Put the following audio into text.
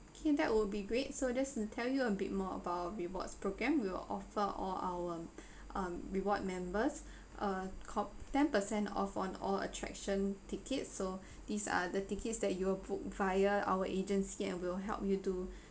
okay that will be great so just to tell you a bit more about rewards program we will offer all our um reward members uh cop~ ten percent of on all attraction tickets so these are the tickets that you'll book via our agency and will help you to